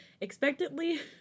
Expectantly